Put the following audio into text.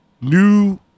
new